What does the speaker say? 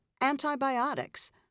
antibiotics